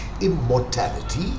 immortality